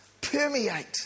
permeate